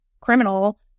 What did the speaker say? criminal